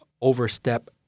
overstep